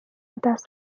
دست